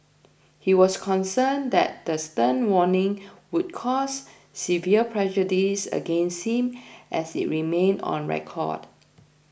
he was concerned that the stern warning would cause severe prejudice against him as it remained on record